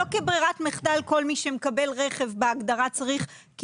לא כברירת מחדל שכל מי שמקבל רכב בהגדרה צריך כי